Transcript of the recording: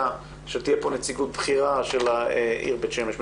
שתהיה כאן נציגות בכירה של העיר בית שמש.